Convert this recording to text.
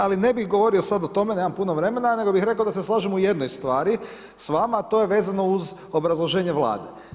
Ali ne bi govorio sad o tome, nemam puno vremena, nego bi rekao da se slažem u jednoj stvari s vama a to je vezano uz obrazloženje Vlade.